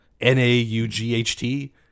N-A-U-G-H-T